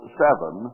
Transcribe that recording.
seven